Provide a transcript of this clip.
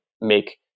make